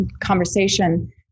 conversation